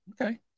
okay